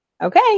Okay